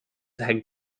head